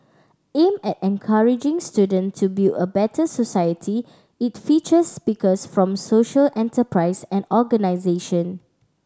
aimed at encouraging students to build a better society it features speakers from social enterprises and organisations